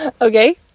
Okay